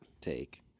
take